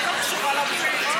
אבל לא קשורה לביטחון,